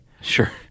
Sure